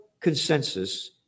consensus